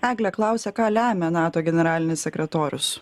eglė klausia ką lemia nato generalinis sekretorius